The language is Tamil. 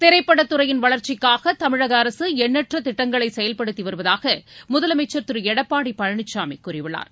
திரைப்படத் துறையின் வளர்ச்சிக்காக தமிழக அரக எண்ணற்ற திட்டங்களை செயல்படுத்தி வருவதாக முதலமைச்சர் திரு எடப்பாடி பழனிசாமி கூறியுள்ளார்